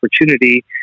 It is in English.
opportunity